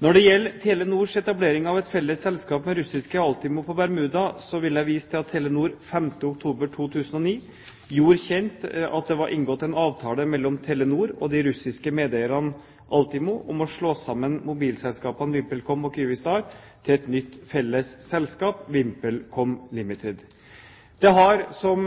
Når det gjelder Telenors etablering av et felles selskap med russiske Altimo på Bermuda, vil jeg vise til at Telenor 5. oktober 2009 gjorde kjent at det var inngått en avtale mellom Telenor og de russiske medeierne Altimo om å slå sammen mobilselskapene VimpelCom og Kyivstar til et nytt felles selskap, VimpelCom Ltd. Det har, som